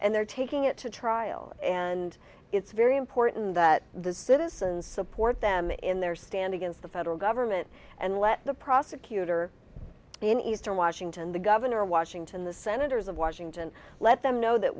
and they're taking it to trial and it's very important that the citizens support them in their stand against the federal government and let the prosecutor in eastern washington the governor washington the senators of washington let them know that